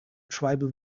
tribal